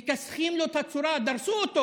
מכסחים לו את הצורה, דרסו אותו